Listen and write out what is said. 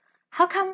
how come